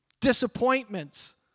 Disappointments